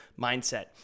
mindset